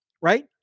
right